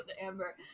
Amber